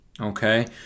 okay